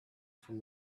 from